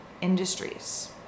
industries